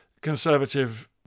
conservative